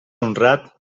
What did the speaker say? honrat